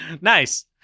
Nice